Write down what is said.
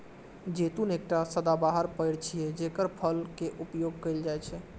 जैतून एकटा सदाबहार पेड़ छियै, जेकर फल के उपयोग कैल जाइ छै